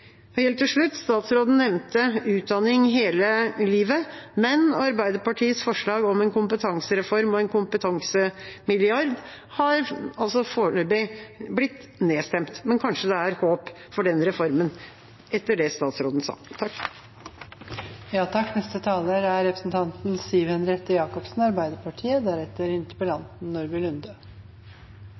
Helt til slutt: Statsråden nevnte utdanning hele livet, men Arbeiderpartiets forslag om en kompetansereform og en kompetansemilliard er altså foreløpig blitt nedstemt. Men kanskje er det håp for den reformen etter det statsråden sa. Arbeid til alle har alltid vært og vil alltid være jobb nummer én for Arbeiderpartiet.